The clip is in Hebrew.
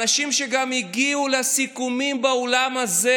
אנשים שגם הגיעו לסיכומים באולם הזה,